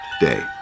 day